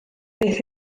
beth